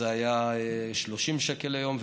זה היה 30 שקל ליום,